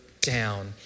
down